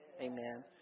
Amen